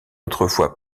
autrefois